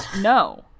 no